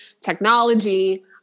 technology